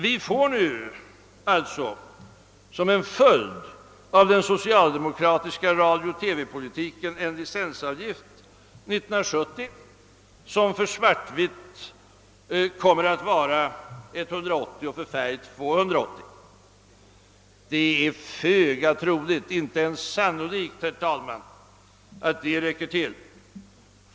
Vi får nu alltså som en följd av den socialdemokratiska radiooch TV-politiken år 1970 en licensavgift för svartvitt på 180 kronor och för färg 280 kronor. Det är föga troligt, ja, det är helt osannolikt, att dessa avgifter kommer att räcka.